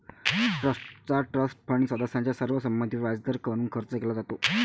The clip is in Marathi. ट्रस्टचा ट्रस्ट फंड सदस्यांच्या सर्व संमतीवर व्याजदर म्हणून खर्च केला जातो